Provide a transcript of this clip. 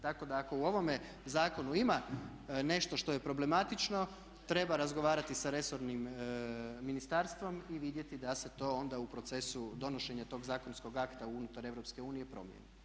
Tako da u ovome zakonu ima nešto što je problematično treba razgovarati sa resornim ministarstvom i vidjeti da se to onda u procesu donošenja tog zakonskog akta unutar EU promijeni.